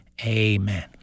Amen